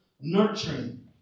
nurturing